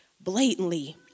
Blatantly